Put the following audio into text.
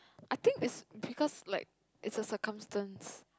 I think is because like is the circumstance